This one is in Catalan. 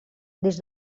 des